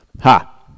Ha